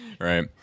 Right